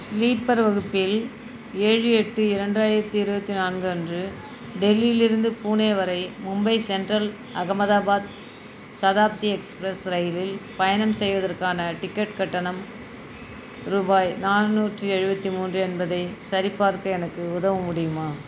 sleeper வகுப்பில் ஏழு எட்டு இரண்டாயிரத்தி இருபத்தி நான்கு அன்று டெல்லியிலிருந்து புனே வரை மும்பை சென்ட்ரல் அகமதாபாத் சதாப்தி எக்ஸ்பிரஸ் ரயிலில் பயணம் செய்வதற்கான டிக்கெட் கட்டணம் ரூபாய் நானூற்றி எழுபத்தி மூன்று என்பதை சரிபார்க்க எனக்கு உதவ முடியுமா